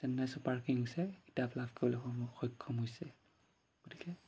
Chennai super কিংগছে কিতাপ লাভ কৰিবলৈ সম সক্ষম হৈছে গতিকে